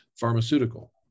pharmaceutical